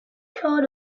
coat